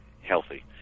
healthy